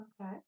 Okay